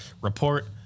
report